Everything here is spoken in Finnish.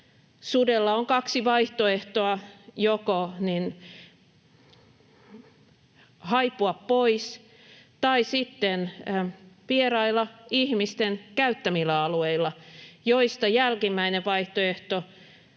sudella on kaksi vaihtoehtoa — joko haipua pois tai sitten vierailla ihmisten käyttämillä alueilla, joista jälkimmäinen vaihtoehto